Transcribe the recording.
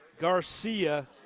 Garcia